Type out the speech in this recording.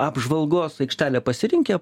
apžvalgos aikštelę pasirinkę